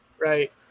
right